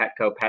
Petco